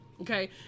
Okay